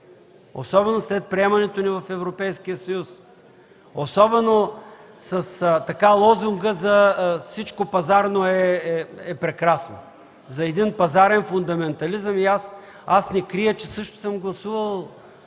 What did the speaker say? особено след приемането ни в Европейския съюз, особено с лозунга за: „Всичко пазарно е прекрасно”, за един пазарен фундаментализъм и аз не крия, че също съм гласувал